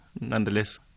nonetheless